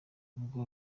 ubwo